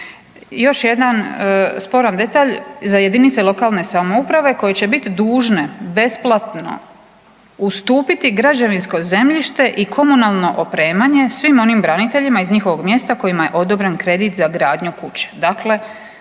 Još jedan sporan detalj za jedinice lokalne samouprave koje će biti dužne besplatno ustupiti građevinsko zemljište i komunalno opremanje svim onim braniteljima iz njihovog mjesta kojima je odobren kredit za gradnju kuće.